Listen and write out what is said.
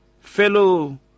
fellow